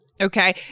okay